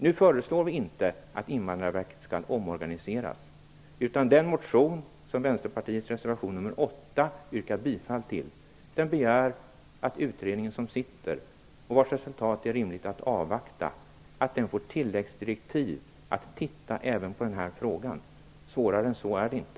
Vi föreslår nu inte att Invandrarverket skall omorganiseras, utan i den motion som det i Vänsterpartiets reservation nr 8 yrkas bifall till begärs att pågående utredningar, vars resultat det är rimligt att avvakta, får tilläggsdirektiv om att studera även denna fråga. Svårare än så är det inte.